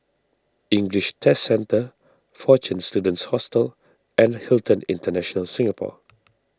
English Test Centre fortune Students Hostel and Hilton International Singapore